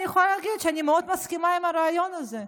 אני יכולה להגיד שאני מאוד מסכימה עם הרעיון הזה.